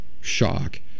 shock